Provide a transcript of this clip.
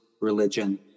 religion